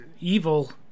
evil